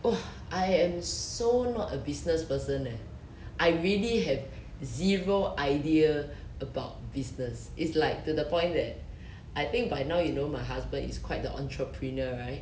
oh I am so not a business person eh I really have zero idea about business it's like to the point that I think by now you know my husband is quite the entrepreneur right